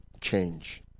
change